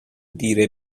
دیره